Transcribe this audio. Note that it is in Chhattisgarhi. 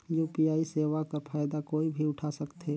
यू.पी.आई सेवा कर फायदा कोई भी उठा सकथे?